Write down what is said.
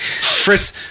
Fritz